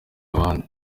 abandi